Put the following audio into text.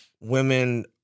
women